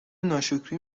ناشکری